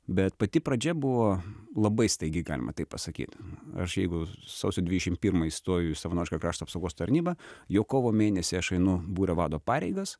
bet pati pradžia buvo labai staigiai galima taip pasakyt aš jeigu sausio dvidešim pirma įstojus savanorišką krašto apsaugos tarnybą jau kovo mėnesį aš einu būrio vado pareigas